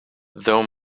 though